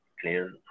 clear